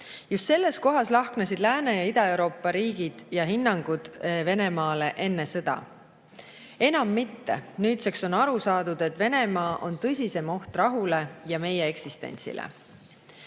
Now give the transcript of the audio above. Just selles kohas lahknesid Lääne- ja Ida-Euroopa hinnangud Venemaale enne sõda. Enam mitte! Nüüdseks on aru saadud, et Venemaa on tõsiseim oht rahule ja meie eksistentsile.